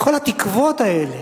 כל התקוות האלה,